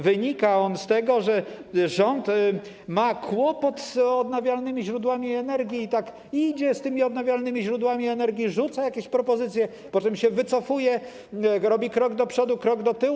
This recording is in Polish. Wynika on z tego, że rząd ma kłopot z odnawialnymi źródłami energii i tak idzie z tymi odnawialnymi źródłami energii, rzuca jakieś propozycje, po czym się wycofuje, robi krok do przodu, krok do tyłu.